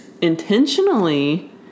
intentionally